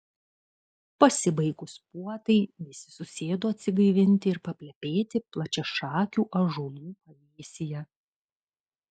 pasibaigus puotai visi susėdo atsigaivinti ir paplepėti plačiašakių ąžuolų pavėsyje